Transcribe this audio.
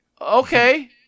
Okay